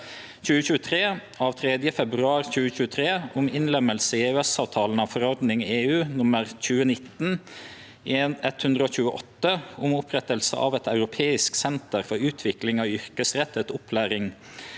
28/2023 av 3. februar 2023 om innlemmelse i EØS-avtalen av forordning (EU) nr. 2019/128 om opprettelse av et europeisk senter for utvikling av yrkesrettet opplæring